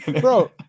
Bro